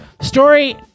Story